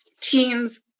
Teens